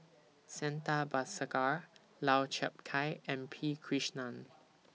Santha Bhaskar Lau Chiap Khai and P Krishnan